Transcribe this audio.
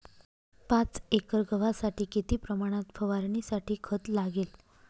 पाच एकर गव्हासाठी किती प्रमाणात फवारणीसाठी खत लागेल?